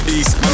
east